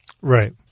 Right